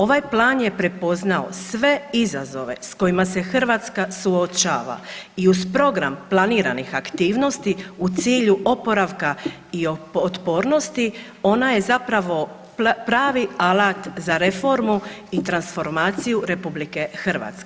Ovaj Plan je prepoznao sve izazove s kojima se Hrvatska suočava i uz program planiranih aktivnosti u cilju oporavka i otpornosti, ona je zapravo pravi alat za reformu i transformaciju RH.